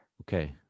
okay